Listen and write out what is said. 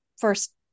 first